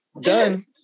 Done